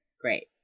Great